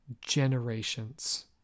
generations